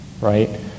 right